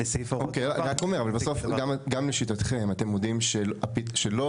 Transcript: אבל בסוף גם לשיטתכם אתם מודים שלא